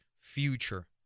future